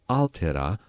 altera